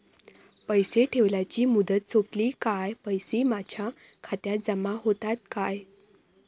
पैसे ठेवल्याची मुदत सोपली काय पैसे माझ्या खात्यात जमा होतात काय?